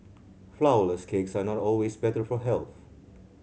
flourless cakes are not always better for health